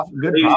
good